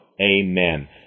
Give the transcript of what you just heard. Amen